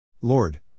Lord